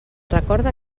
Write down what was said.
recorda